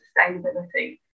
sustainability